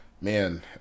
man